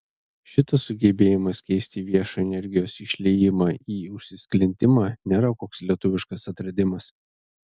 šitas sugebėjimas keisti viešą energijos išliejimą į užsisklendimą nėra koks lietuviškas atradimas